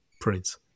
Prince